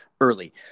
early